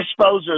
disposers